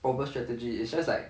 proper strategy it's just like